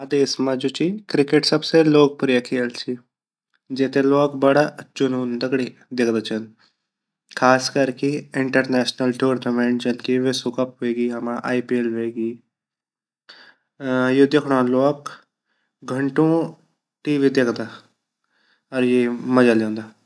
हमा देश मा जु ची क्रिकेट सबसे लोकप्रिय खेल ची जेते लवोग बड़ा जूनून दगडी देख्दा छिन ख़ास कर की इंटरनेशनल टूर्नामेंट जन की विश्व कप वेगि हमा आई-पी एल वेगि यूँ देखंडो लवोग घंटो टी वि देख्दा ार येगु मजा ल्यांदा।